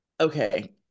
Okay